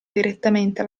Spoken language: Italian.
direttamente